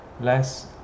less